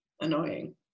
annoying